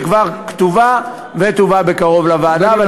שכבר כתובה ותובא בקרוב לוועדה.